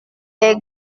des